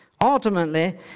Ultimately